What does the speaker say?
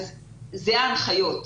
אלה ההנחיות.